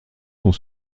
sont